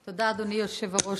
תודה, אדוני היושב-ראש.